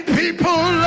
people